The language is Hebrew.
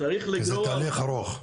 וזה תהליך ארוך.